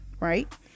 Right